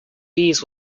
bees